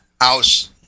house